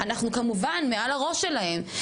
אנחנו כמובן פועלים מעל לראש שלהם.